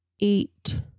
eight